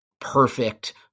perfect